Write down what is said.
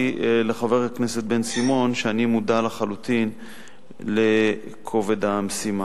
לחבר הכנסת בן-סימון שאני מודע לחלוטין לכובד המשימה.